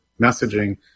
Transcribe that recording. messaging